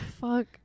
fuck